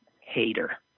hater